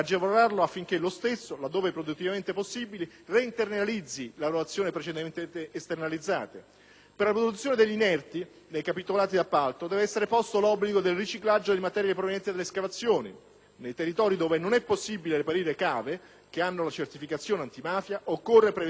Per la produzione degli inerti, nei capitolati di appalto, deve essere posto l'obbligo del riciclaggio di materiale proveniente dalle escavazioni. Nei territori dove non è possibile reperire cave che hanno una certificazione antimafia occorre prevedere negli atti di concessione e coltivazione la confisca delle stesse e la nomina di commissari *ad acta*.